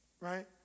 right